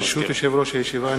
ברשות יושב-ראש הישיבה,